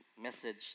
message